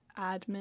admin